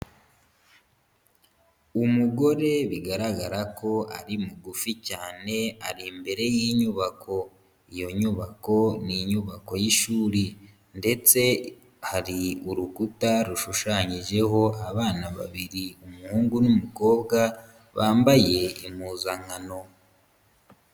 Umugore bigaragara ko ari mugufi cyane ari imbere y'inyubako, iyo nyubako ni inyubako yishuri ndetse hari urukuta rushushanyijeho abana babiri, umuhungu n'umukobwa bambaye impuzankano.